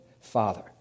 father